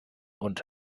und